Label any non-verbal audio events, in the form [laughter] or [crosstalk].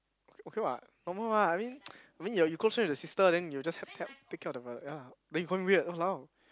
okay what normal what I mean I mean [noise] you you close friend with the sister then you will just help help take care of the brother ya then you call him weird !walao!